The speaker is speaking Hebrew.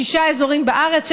שישה אזורים בארץ,